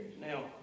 Now